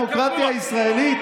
תאמו ביניכם אסטרטגיה אחידה.